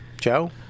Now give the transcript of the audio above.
Joe